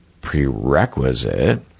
prerequisite